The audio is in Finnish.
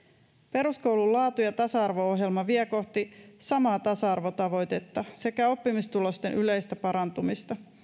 peruskoulun laatu ja tasa arvo ohjelma vie kohti samaa tasa arvotavoitetta sekä oppimistulosten yleistä parantumista